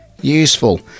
useful